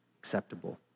acceptable